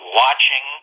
watching